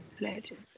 legend